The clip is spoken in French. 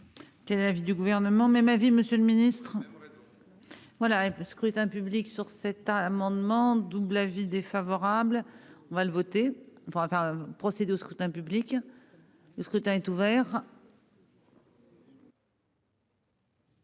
Quel est l'avis du gouvernement. Même avis, Monsieur le Ministre. Voilà et par scrutin public sur cet amendement double avis défavorable. On va le voter pour avoir procédé au scrutin public. Le scrutin est ouvert.